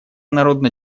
народно